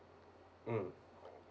mm